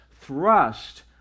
thrust